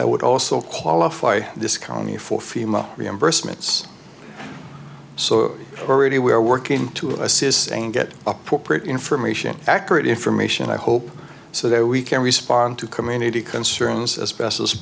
that would also qualify this county for fema reimbursements so already we are working to assist and get appropriate information accurate information i hope so that we can respond to community concerns as best as